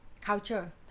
culture